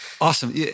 Awesome